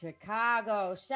Chicago